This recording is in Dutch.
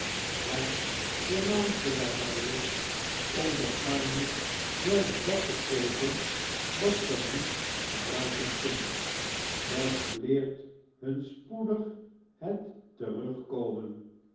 het voornaamste daarbij is om den armen juist dat te geven wat zij niet gebruiken kunnen dat verleert hun spoedig het terugkomen